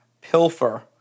pilfer